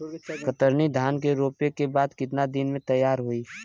कतरनी धान रोपे के बाद कितना दिन में तैयार होई?